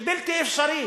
שזה בלתי אפשרי,